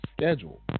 schedule